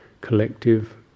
collective